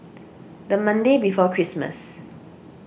the Monday before Christmas